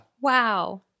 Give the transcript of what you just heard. Wow